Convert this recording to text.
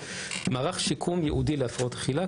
יש את הצורך במערך שיקום ייעודי להפרעות אכילה.